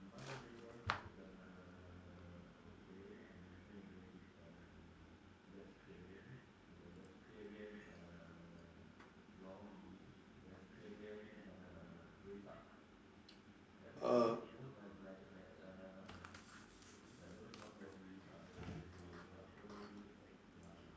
err